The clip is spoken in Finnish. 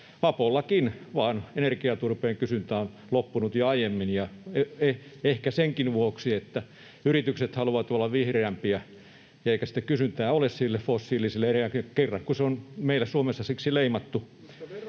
Vapollakin energiaturpeen kysyntä on vain loppunut jo aiemmin ja ehkä senkin vuoksi, että yritykset haluavat olla vihreämpiä eikä sitä kysyntää ole sille fossiiliselle energialle, kun se on kerran meillä Suomessa siksi leimattu.